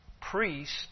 priest